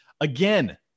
Again